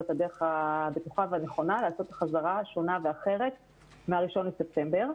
את הדרך הבטוחה והנכונה לחזרה שונה ואחרת מה-1 לספטמבר.